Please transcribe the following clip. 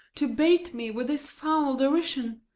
to bait me with this foul derision?